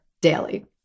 daily